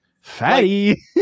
fatty